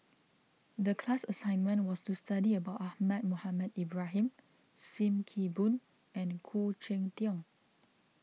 the class assignment was to study about Ahmad Mohamed Ibrahim Sim Kee Boon and Khoo Cheng Tiong